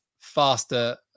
faster